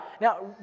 Now